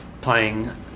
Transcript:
playing